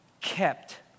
kept